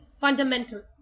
fundamental